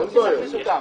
לא להכניס אותם.